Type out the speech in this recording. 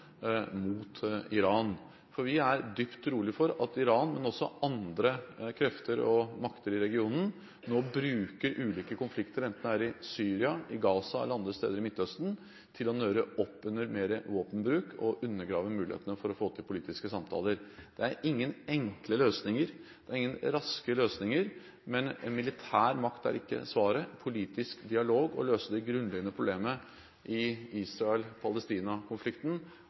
mot Iran. Vi er dypt urolige for at Iran, men også andre krefter og makter i regionen, nå bruker ulike konflikter, enten det er i Syria, Gaza eller andre steder i Midtøsten, til å nøre opp under mer våpenbruk og undergrave mulighetene for å få til politiske samtaler. Det er ingen enkle eller raske løsninger, men militær makt er ikke svaret. Politisk dialog må løse det grunnleggende problemet i